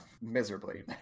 miserably